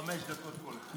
חמש דקות כל אחד.